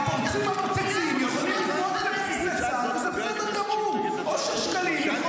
הפורצים הנוצצים -- בג"ץ הפריע ללוחמינו --- בנוהל פתיחה באש.